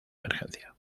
emergencia